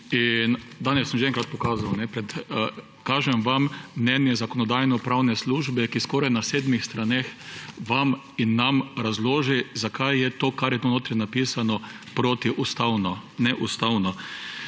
Danes sem že enkrat pokazal, kažem vam mnenje Zakonodajno-pravne službe, ki skoraj na sedmih straneh vam in nam razloži, zakaj je to, kar je tu notri napisano, protiustavno, neustavno.